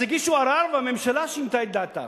אז הגישו ערר והממשלה שינתה את דעתה.